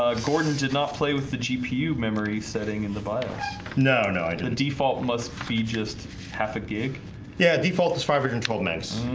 ah gordon did not play with the gpu memory setting in the bios no, no, i did a default must be just half a gig yeah default is five or control max.